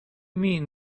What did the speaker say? mean